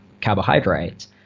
carbohydrates